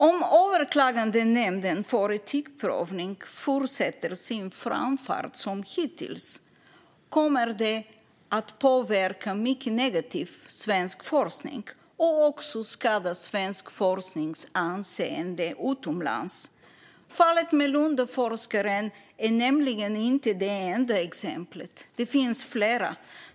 Om Överklagandenämnden för etikprövning fortsätter sin framfart som hittills kommer det att påverka svensk forskning mycket negativt och också skada svensk forsknings anseende utomlands. Fallet med Lundaforskaren är nämligen inte det enda exemplet. Det finns flera.